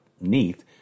Neath